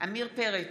עמיר פרץ,